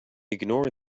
ignore